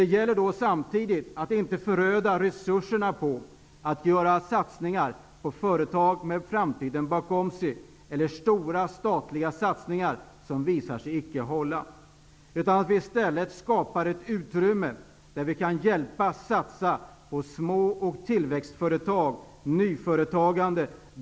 Det gäller samtidigt att inte föröda resurserna genom att satsa på företag med framtiden bakom sig eller genom att göra stora statliga satsningar som senare visar sig inte hålla. I stället skall ett utrymme skapas för att satsa på småoch tillväxtföretag och nyföretagande.